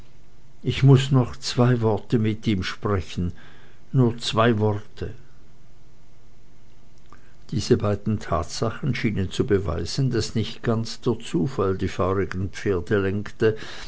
ich muß noch zwei worte mit ihm sprechen nur zwei worte diese beiden tatsachen scheinen zu beweisen daß nicht ganz der zufall die feurigen pferde lenkte